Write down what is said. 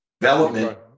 development